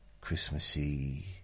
Christmassy